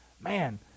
Man